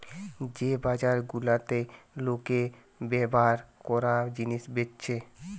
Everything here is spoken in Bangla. যে বাজার গুলাতে লোকে ব্যভার কোরা জিনিস বেচছে